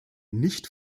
nicht